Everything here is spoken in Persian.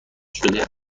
شده